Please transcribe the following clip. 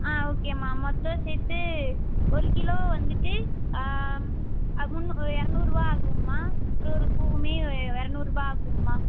ஆ ஓகேம்மா மொத்தம் சேர்த்து ஒரு கிலோ வந்துவிட்டு முந்நூறு இரநூறுவா ஆகும்மா ஒரு ஒரு பூவும்மே இரநூறுபா ஆகும்மா